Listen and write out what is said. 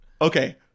Okay